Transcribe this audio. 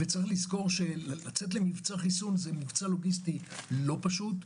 יש לזכור שמבצע חיסון הוא מבצע לוגיסטי לא פשוט.